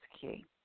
key